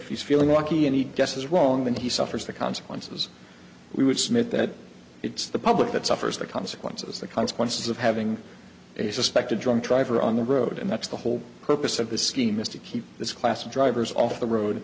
feeling lucky and he guesses wrong and he suffers the consequences we would submit that it's the public that suffers the consequences the consequences of having a suspected drunk driver on the road and that's the whole purpose of the scheme is to keep this class of drivers off the road